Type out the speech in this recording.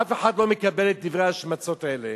אף אחד לא מקבל את דברי ההשמצות האלה.